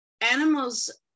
animals